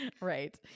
Right